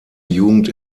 jugend